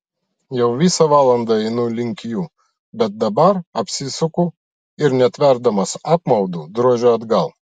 jau visą valandą einu link jų bet dabar apsisuku ir netverdamas apmaudu drožiu atgal